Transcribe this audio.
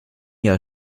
jahr